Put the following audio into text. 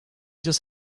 just